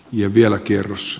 ja vielä kierros